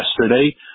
yesterday